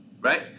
right